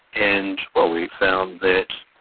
and, well, we found that,